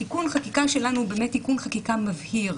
תיקון החקיקה שלנו הוא באמת תיקון חקיקה מבהיר.